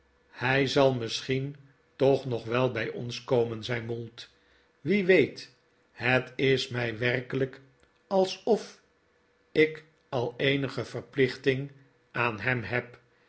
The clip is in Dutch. hij zal misschien toch nog wel bij ons komen zei mould wie weet het is mij maarten chuzzlewit werkelijk alsof ik al eenige verpliehting aan hem heb